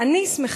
אני שמחה,